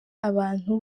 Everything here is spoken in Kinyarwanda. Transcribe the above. abantu